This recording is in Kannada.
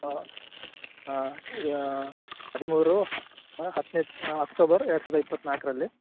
ಹಾಂ ಹಾಂ ಯಾ ಹದಿಮೂರು ಹತ್ತನೇ ಅಕ್ಟೋಬರ್ ಎರಡು ಸಾವಿರದ ಇಪ್ಪತ್ತ ನಾಲ್ಕರಲ್ಲಿ